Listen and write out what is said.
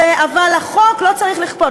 אבל החוק לא צריך לכפות".